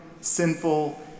sinful